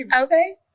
Okay